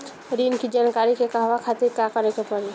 ऋण की जानकारी के कहवा खातिर का करे के पड़ी?